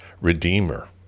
redeemer